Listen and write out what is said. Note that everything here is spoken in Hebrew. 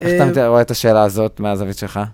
איך אתה רואה את השאלה הזאת מהזווית שלך?